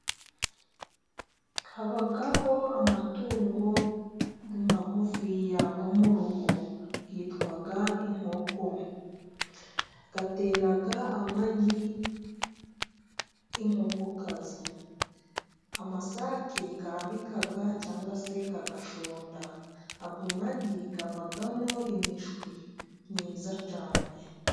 Habaho amatungo magufiya yo mu rugo zitwa inkoko zitera amagi, inkokokazi. Amasake arabika cyangwa se agashonda. Ayo magi avamo imishwi myiza cyane.